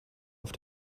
auf